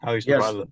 yes